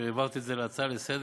שהעברת את זה להצעה לסדר-היום,